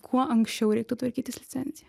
kuo anksčiau reiktų tvarkytis licenciją